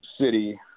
city